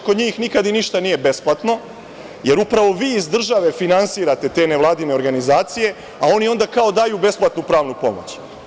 Kod njih nikada ništa nije besplatno, jer upravo vi iz države finansirate te nevladine organizacije, a oni onda kao daju besplatnu pravnu pomoć.